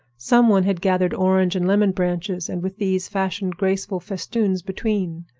some one had gathered orange and lemon branches, and with these fashioned graceful festoons between.